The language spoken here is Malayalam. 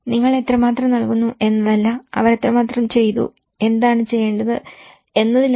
നിങ്ങൾ എത്രമാത്രം നൽകുന്നു എന്നതല്ല അവർ എത്രമാത്രം ചെയ്തു എന്താണ് ചെയ്യേണ്ടത് എന്നതിലാണ്